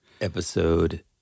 episode